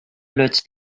luts